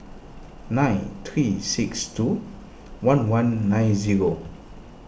nine three six two one one nine zero